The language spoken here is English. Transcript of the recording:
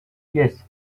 yes